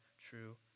true